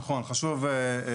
נכון, חשוב להגיד.